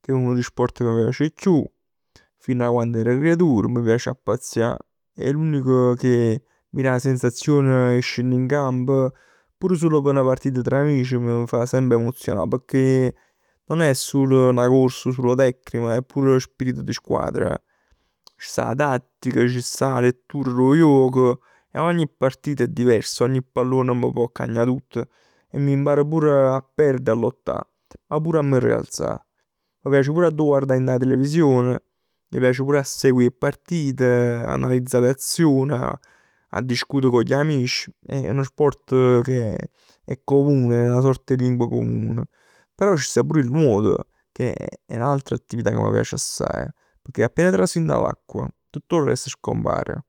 che è uno d' 'e sport ca m' piace 'e chiù, fino a quann ero creaturo. M' piace a pazzià. È l'unico che m' da 'a sensazione 'e scenn in campo, pur sul p' 'na partita tra amici. Mi fa semp emozionà pecchè nun è sulo 'na corsa o è sulo tecnica, ma è pure spirito di squadra. Ci sta 'a tattica, ci sta 'a lettura d' 'o juoco e ogni partita è diversa. Cu 'o pallone pò cagnà tutto e m'imparo pure a perde e a lottà. Ma pure a mi rialà. Mi piace pur a d' 'o guardà dint 'a television. Mi piace pure a seguì 'e partite. Analizzà le azioni, a discutere cu l'amici. È nu sport che è comune, è 'na sorta 'e limbo comune. Però ci sta pure il nuoto che è n'altra attività che mi piace assaje. Pecchè appena trasi dint 'a l'acqua tutto il resto scompare.